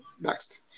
Next